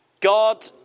God